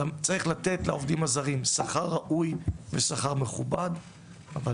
צריך לתת לעובדים הזרים שכר ראוי ומכובד אך